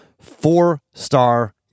four-star